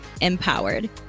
empowered